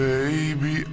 Baby